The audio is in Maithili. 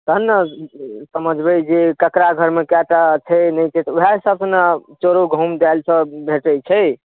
तखन ने समझबै जे ककरा घरमे कायटा छै नहि छै तऽ वयह हिसाब सॅं ने फेरो गहूॅंम दालि चाउर सब भेटै छै